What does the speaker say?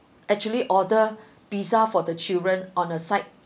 actually order pizza for the children on a side